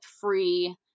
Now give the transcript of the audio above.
free